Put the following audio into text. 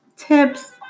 tips